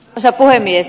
arvoisa puhemies